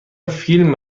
فیلم